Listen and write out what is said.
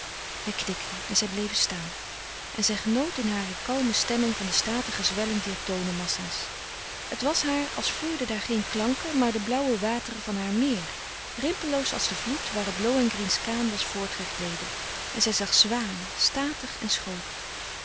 hij knikte en zij bleven staan en zij genoot in haar kalme stemming van de statige zwelling dier tonenmassa's het was haar als vloeiden daar geen klanken maar de blauwe wateren van haar meer rimpelloos als de vloed waarop lohengrins kaan was voortgegleden en zij zag zwanen statig en schoon